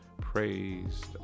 praised